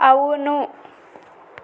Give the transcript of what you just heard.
అవును